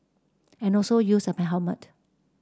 and also use a helmet